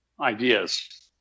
ideas